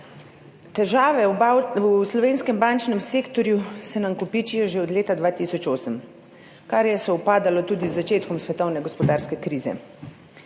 Težave v slovenskem bančnem sektorju se nam kopičijo že od leta 2008, kar je sovpadalo tudi z začetkom svetovne gospodarske krize.